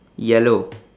yellow